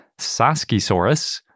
Saskisaurus